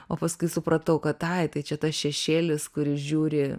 o paskui supratau kad ai tai čia tas šešėlis kuris žiūri